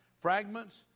fragments